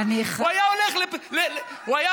הוא היה הולך לעלומים,